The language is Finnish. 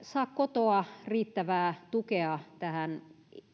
saa kotoa riittävää tukea tähän